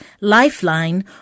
Lifeline